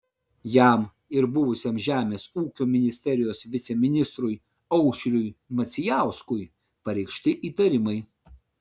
jam ir buvusiam žemės ūkio ministerijos viceministrui aušriui macijauskui pareikšti įtarimai